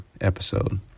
episode